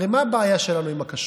הרי מה הבעיה שלנו עם הכשרות?